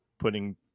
putting